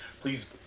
Please